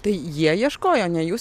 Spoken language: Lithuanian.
tai jie ieškojo ne jūs